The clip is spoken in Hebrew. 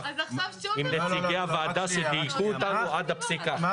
עם נציגי הוועדה שדייקו אותנו עד הפסיק האחרון.